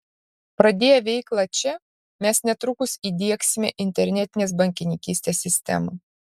pradėję veiklą čia mes netrukus įdiegsime internetinės bankininkystės sistemą